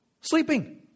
Sleeping